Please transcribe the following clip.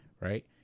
right